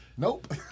Nope